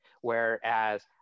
Whereas